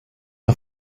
are